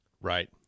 Right